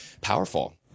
powerful